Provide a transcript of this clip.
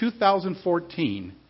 2014